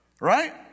Right